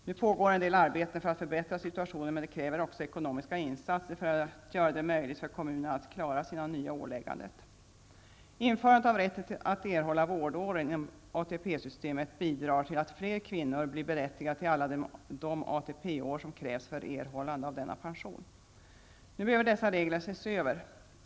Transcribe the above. Nu pågår en del arbeten för att förbättra situationen, men det krävs också ekonomiska insatser för att göra det möjligt för kommunerna att klara sina nya ålägganden. systemet bidrar till att flera kvinnor blir berättigade till alla de ATP-år som krävs för erhållande av denna pension. Nu behöver dessa regler ses över.